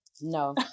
No